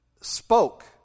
spoke